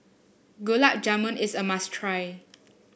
Gulab Jamun is a must try